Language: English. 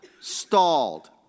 stalled